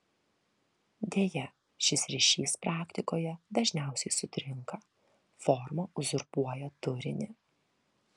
deja šis ryšys praktikoje dažniausiai sutrinka forma uzurpuoja turinį